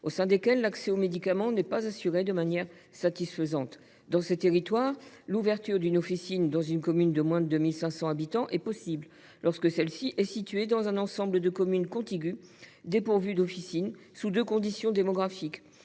fragiles, où l’accès aux médicaments n’est pas assuré de manière satisfaisante. Au sein de ces territoires, l’ouverture d’une officine dans une commune de moins de 2 500 habitants est possible lorsque celle ci est située dans un ensemble de communes contiguës dépourvues d’officine, sous deux conditions démographiques